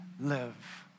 live